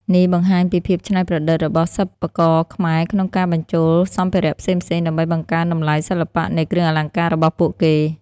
នេះបង្ហាញពីភាពច្នៃប្រឌិតរបស់សិប្បករខ្មែរក្នុងការបញ្ចូលសម្ភារៈផ្សេងៗដើម្បីបង្កើនតម្លៃសិល្បៈនៃគ្រឿងអលង្ការរបស់ពួកគេ។